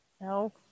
No